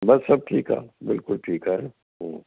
बसि सभु ठीकु आहे बिल्कुलु ठीकु आहे ह्म्म